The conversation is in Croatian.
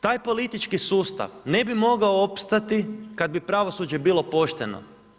Taj politički sustav ne bi mogao opstati kad bi pravosuđe bilo pošteno.